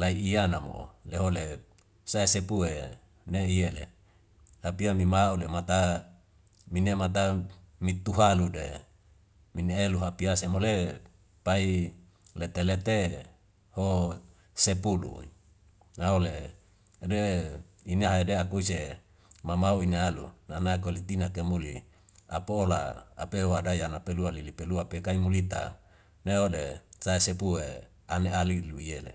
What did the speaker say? lai iyanamo lehole sai sepu nehi yele. Api yami mau le mata minemata mi tuhalu de min elu hapiasa mo le pai lete lete sepulu. Nau le de ine hade akui se mamau ini alu nana koli tina kemuli apola apeu adai ane pelua lili pelua pekai mo lita ne'o de sai sepu an ali lu yele.